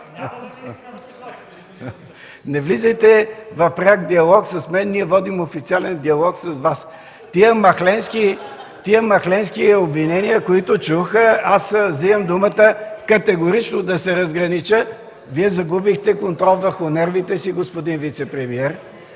Не влизайте в пряк диалог с мен. Ние водим официален диалог с Вас. Тези махленски обвинения, които чух – аз вземам думата, категорично да се разгранича. Вие загубихте контрол върху нервите си, господин вицепремиер.